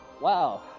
Wow